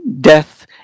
Death